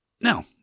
now